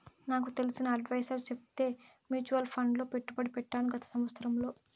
నాకు తెలిసిన అడ్వైసర్ చెప్తే మూచువాల్ ఫండ్ లో పెట్టుబడి పెట్టాను గత సంవత్సరంలో